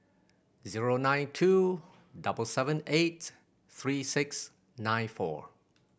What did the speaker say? zero nine two double seven eight three six nine four